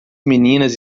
meninas